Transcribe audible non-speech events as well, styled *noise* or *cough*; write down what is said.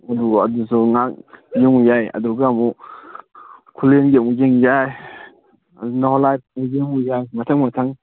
ꯑꯗꯨ ꯑꯗꯨꯁꯨ ꯉꯥꯏꯍꯥꯛ ꯌꯦꯡꯉꯨ ꯌꯥꯏ ꯑꯗꯨꯒ ꯑꯃꯨꯛ ꯈꯨꯜꯂꯦꯟꯒꯤ ꯑꯃꯨꯛ ꯌꯦꯡꯕ ꯌꯥꯏ *unintelligible* ꯌꯦꯡꯉꯨ ꯌꯥꯏ ꯃꯊꯪ ꯃꯊꯪ